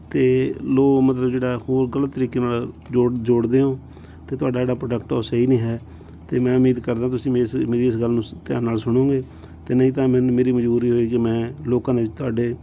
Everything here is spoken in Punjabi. ਅਤੇ ਲੋ ਮਤਲਬ ਜਿਹੜਾ ਹੋਰ ਗਲਤ ਤਰੀਕੇ ਨਾਲ ਜੋ ਜੋੜਦੇ ਹੋ ਅਤੇ ਤੁਹਾਡਾ ਜਿਹੜਾ ਪ੍ਰੋਡਕਟ ਆ ਉਹ ਸਹੀ ਨਹੀਂ ਹੈ ਅਤੇ ਮੈਂ ਉਮੀਦ ਕਰਦਾ ਤੁਸੀਂ ਮੇ ਇਸ ਮੇਰੀ ਗੱਲ ਨੂੰ ਧਿਆਨ ਨਾਲ ਸੁਣੋਗੇ ਅਤੇ ਨਹੀਂ ਤਾਂ ਮੈਨੂੰ ਮੇਰੀ ਮਜ਼ਬੂਰੀ ਹੋਵੇਗੀ ਕਿ ਮੈਂ ਲੋਕਾਂ ਦੇ ਵਿੱਚ ਤੁਹਾਡੇ